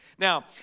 Now